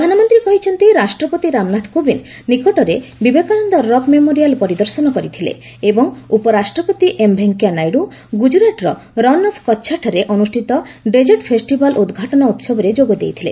ପ୍ରଧାନମନ୍ତ୍ରୀ କହିଛନ୍ତି ରାଷ୍ଟ୍ରପତି ରାମନାଥ କୋବିନ୍ଦ ନିକଟରେ ବିବେକାନନ୍ଦ ରକ୍ ମେମୋରିଆଲ୍ ପରିଦର୍ଶନ କରିଥିଲେ ଏବଂ ଉପରାଷ୍ଟ୍ରପତି ଏମ୍ ଭେଙ୍କିଆ ନାଇଡୁ ଗୁଜରାଟ୍ର ରନ୍ ଅଫ୍ କଚ୍ଚଠାରେ ଅନୁଷ୍ଠିତ 'ଡେଜର୍ଟ ଫେଷିଭାଲ୍' ଉଦ୍ଘାଟନ ଉହବରେ ଯୋଗ ଦେଇଥିଲେ